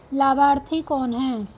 लाभार्थी कौन है?